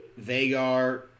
Vagar